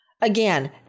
again